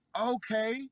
okay